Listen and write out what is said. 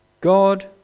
God